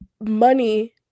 money